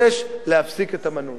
להפסיק את המנוי,